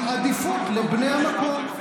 עם עדיפות לבני המקום.